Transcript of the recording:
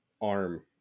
arm